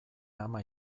ama